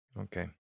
Okay